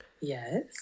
Yes